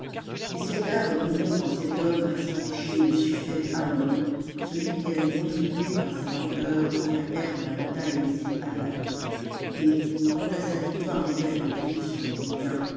les soldats reconnurent dans cet homme ainsi couché le suffète hannon celui qui avait contribué par sa lenteur à faire perdre la bataille des îles tgates et quant à sa victoire d'hécatompyle sur les libyens